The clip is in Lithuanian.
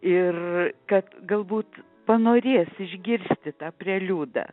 ir kad galbūt panorės išgirsti tą preliudą